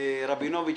רבינוביץ